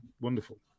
wonderful